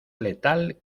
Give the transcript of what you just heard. letal